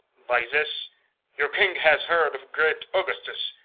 by this your king hath heard of great augustus.